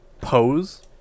pose